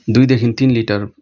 दुईदेखि तिन लिटर